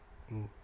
mm